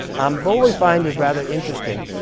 um but what we find is rather interesting.